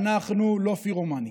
אנחנו לא פירומנים.